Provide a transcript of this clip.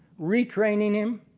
re-training him,